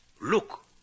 Look